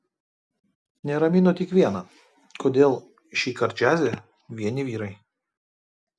neramino tik viena kodėl šįkart džiaze vieni vyrai